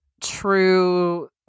true